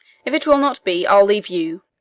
if it will not be, i'll leave you.